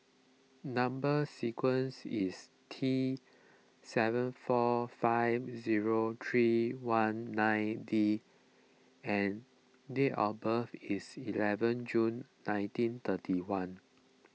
Number Sequence is T seven four five zero three one nine D and date of birth is eleven June nineteen thirty one